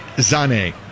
Zane